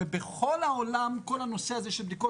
ובכל העולם כל הנושא הזה של בדיקות